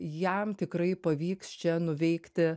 jam tikrai pavyks čia nuveikti